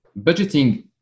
budgeting